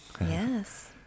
Yes